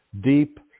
deep